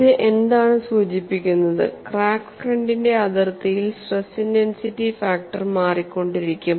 ഇത് എന്താണ് സൂചിപ്പിക്കുന്നത് ക്രാക്ക് ഫ്രണ്ടിന്റെ അതിർത്തിയിൽ സ്ട്രെസ് ഇന്റൻസിറ്റി ഫാക്ടർ മാറിക്കൊണ്ടിരിക്കും